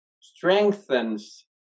strengthens